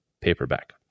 paperback